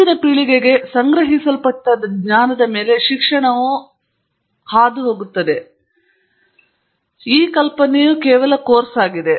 ಮುಂದಿನ ಪೀಳಿಗೆಗೆ ಸಂಗ್ರಹಿಸಲ್ಪಟ್ಟ ಜ್ಞಾನದ ಮೇಲೆ ಶಿಕ್ಷಣವು ಹಾದುಹೋಗುತ್ತದೆ ಎಂಬ ಕಲ್ಪನೆಯು ಕೇವಲ ಕೋರ್ಸ್ ಆಗಿದೆ